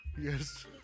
Yes